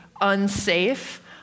unsafe